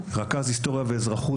רכז היסטוריה ואזרחות,